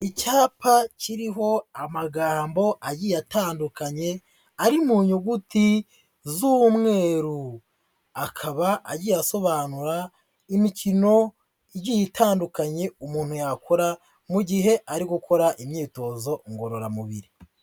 Icyapa kiriho amagambo agiye atandukanye ari mu nyuguti z'umweru, akaba agiye asobanura imikino igiye itandukanye umuntu yakora, mu gihe ari gukora imyitozo ngororamubiri.